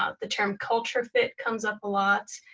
ah the term culture fit comes up a lot.